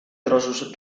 trossos